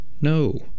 No